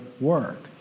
work